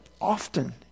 often